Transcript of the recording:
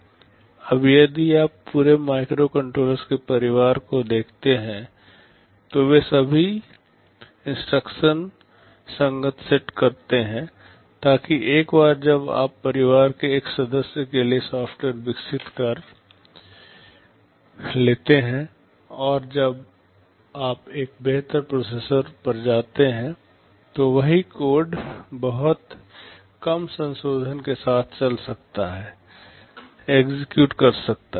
अब यदि आप पूरे माइक्रोकंट्रोलर्स के पूरे परिवार को देखते हैं तो वे सभी इंस्ट्रक्शन संगत सेट करते हैं ताकि एक बार जब आप परिवार के एक सदस्य के लिए सॉफ्टवेयर विकसित कर लेते हैं और जब आप एक बेहतर प्रोसेसर पर जाते हैं तो वही कोड बहुत कम संशोधन के साथ चल सकता है एक्ज़िक्युट कर सकता है